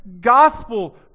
gospel